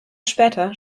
später